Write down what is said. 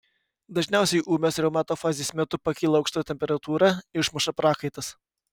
dažniausiai ūmios reumato fazės metu pakyla aukšta temperatūra išmuša prakaitas